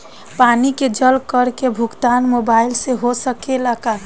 पानी के जल कर के भुगतान मोबाइल से हो सकेला का?